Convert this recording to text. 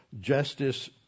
Justice